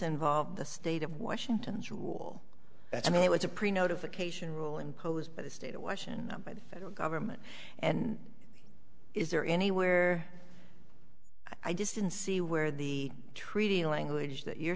involved the state of washington's rule that it was a pre notification rule imposed by the state of washington by the federal government and is there anywhere i just didn't see where the treaty language that you're